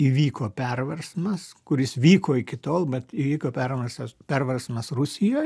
įvyko perversmas kuris vyko iki tol bet įvyko perversmas perversmas rusijoj